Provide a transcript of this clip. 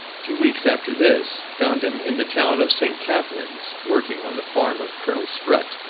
two weeks after this found him in the town of st. catharines, working on the farm of colonel strut,